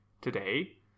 Today